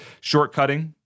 shortcutting